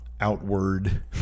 outward